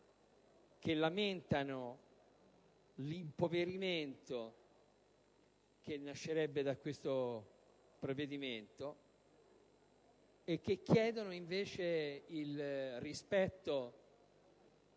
che lamentano l'impoverimento che deriverebbe da questo provvedimento, chiedendo invece il rispetto